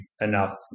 enough